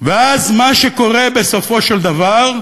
ואז מה שקורה, בסופו של דבר,